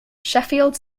sheffield